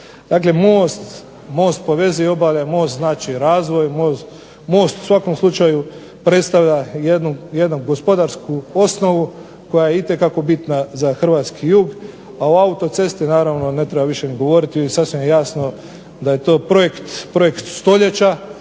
nadalje. Most povezuje obale, most znači razvoj, most predstavlja jedan gospodarski osnov koji je itekako bitna za Hrvatski jug a o autocesti više ne treba ni govoriti sasvim je jasno da je to projekt stoljeća